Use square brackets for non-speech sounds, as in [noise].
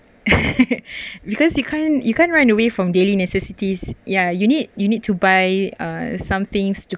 [laughs] because you can't you can't run away from daily necessities ya you need you need to buy uh some things